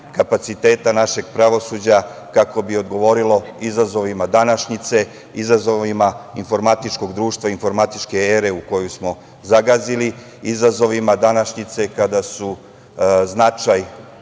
kapaciteta našeg pravosuđa kako bi odgovorilo izazovima današnjice, izazovima informatičkog društva, informatičke ere u koju smo zagazili, izazovima današnjice kada značaj